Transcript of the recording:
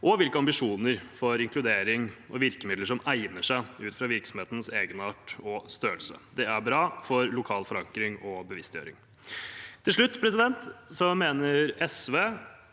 og hvilke ambisjoner for inkludering og virkemidler som egner seg ut fra virksomhetens egenart og størrelse. Det er bra for lokal forankring og bevisstgjøring. Til slutt: SV mener